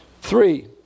Three